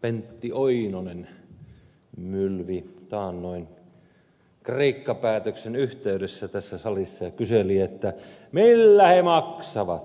pentti oinonen mylvi taannoin kreikka päätöksen yhteydessä tässä salissa ja kyseli että millä he maksavat